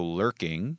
lurking